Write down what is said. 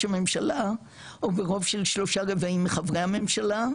הממשלה או ברוב של שלושה רבעים מחברי הממשלה,